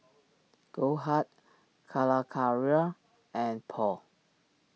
Goldheart Calacara and Paul